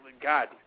God